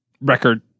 record